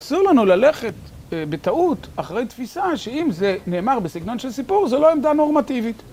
אסור לנו ללכת בטעות אחרי תפיסה שאם זה נאמר בסגנון של סיפור זה לא עמדה נורמטיבית.